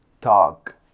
talk